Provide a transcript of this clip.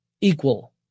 equal